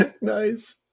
Nice